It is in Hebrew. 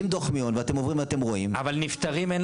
עם דו"ח מיון ואתם עוברים ואתם רואים